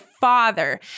father